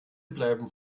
bleiben